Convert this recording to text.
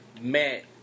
met